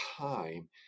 time